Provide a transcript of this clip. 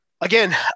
again